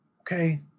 okay